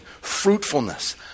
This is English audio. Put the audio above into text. Fruitfulness